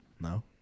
no